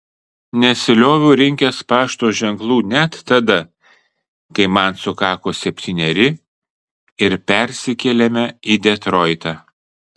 nesilioviau rinkęs pašto ženklų net tada kai man sukako septyneri ir persikėlėme į detroitą